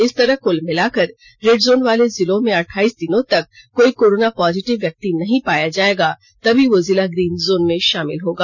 इस तरह कुल मिला कर रेड जोन वाले जिलों में अठाइस दिनों तक कोई कोरोना पोजिटिव व्यक्ति नहीं पाया जायेगा तभी वह जिला ग्रीन जोन में शामिल होगा